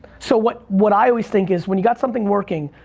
so what, what i always think is when you got something working,